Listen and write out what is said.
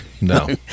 No